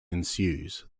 ensues